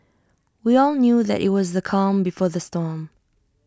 we all knew that IT was the calm before the storm